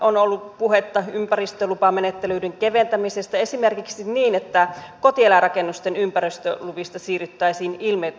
on ollut puhetta ympäristölupamenettelyiden keventämisestä esimerkiksi niin että kotieläinrakennusten ympäristöluvista siirryttäisiin ilmoitusmenettelyyn